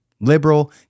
liberal